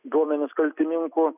duomenis kaltininkų